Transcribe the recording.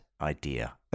idea